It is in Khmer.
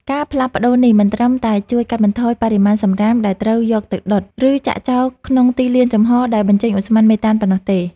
ការផ្លាស់ប្តូរនេះមិនត្រឹមតែជួយកាត់បន្ថយបរិមាណសម្រាមដែលត្រូវយកទៅដុត ឬចាក់ចោលក្នុងទីលានចំហដែលបញ្ចេញឧស្ម័នមេតានប៉ុណ្ណោះទេ។